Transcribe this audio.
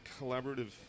collaborative